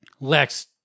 Lex